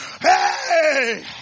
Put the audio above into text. Hey